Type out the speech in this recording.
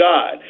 God